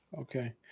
Okay